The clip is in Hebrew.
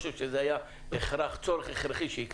אני חושב שזה היה צורך הכרחי שזה יקרה.